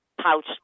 pouch